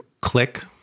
Click